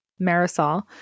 Marisol